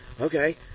okay